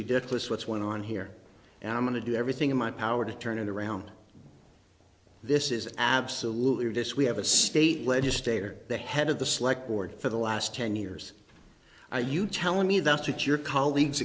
ridiculous what's going on here and i'm going to do everything in my power to turn it around this is absolutely dissuade have a state legislator the head of the select board for the last ten years are you telling me that your colleagues